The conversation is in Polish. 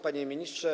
Panie Ministrze!